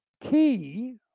key